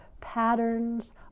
patterns